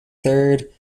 third